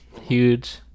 Huge